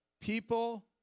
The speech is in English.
people